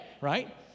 Right